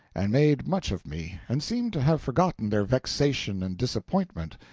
and made much of me, and seemed to have forgotten their vexation and disappointment,